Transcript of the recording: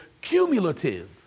cumulative